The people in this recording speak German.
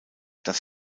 das